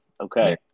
Okay